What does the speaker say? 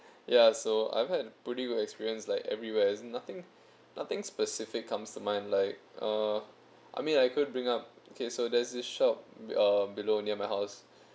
yeah so I've had pretty good experience like everywhere is nothing nothing specific comes to mind like uh I mean like I could bring up okay so there's this shop uh below near my house